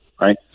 right